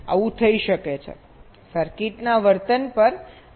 આવું થઈ શકે છે સર્કિટના વર્તન પર આધાર રાખીને